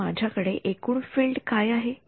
इथे माझ्या कडे एकूण फील्ड काय आहे